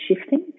shifting